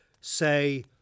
Say